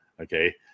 Okay